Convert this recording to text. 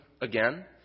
again